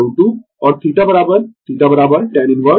और θ θ tan inverse ω L R